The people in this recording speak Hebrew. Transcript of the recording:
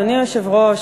אדוני היושב-ראש,